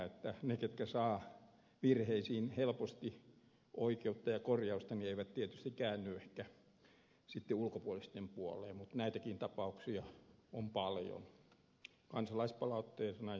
ne jotka saavat virheisiin helposti oikeutta ja korjausta eivät ehkä käänny ulkopuolisten puoleen mutta näitäkin tapauksia on paljon kansalaispalautteina ja asianajotoiminnassa